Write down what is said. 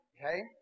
Okay